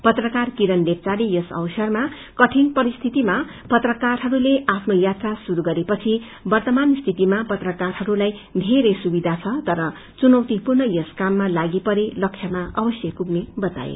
पत्रकार किरण लेष्वाले यस अवसरमा कठिन परिस्थितिमा पत्रकारहस्ले आफ्नो यात्रा शुरू गरे पनि वर्तमान स्थितिमा पत्रकारहरूलाई वेरे सुविधा छ तर चुनौतिपूर्ण यस काममा लागि परे लक्ष्यमा अवश्य पुग्ने बताए